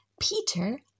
Peter